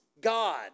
God